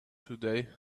today